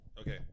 Okay